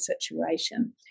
situation